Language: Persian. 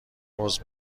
عذر